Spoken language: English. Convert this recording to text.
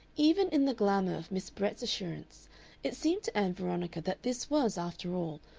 even in the glamour of miss brett's assurance it seemed to ann veronica that this was, after all,